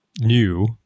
new